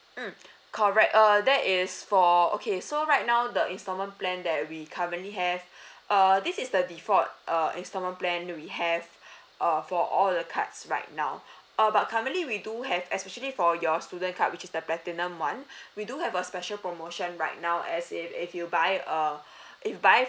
mm correct uh that is for okay so right now the instalment plan that we currently have err this is the default err instalment plan we have err for all the cards right now err but currently we do have especially for your student card which is the platinum one we do have a special promotion right now as if if you buy uh if buy